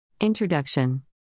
Introduction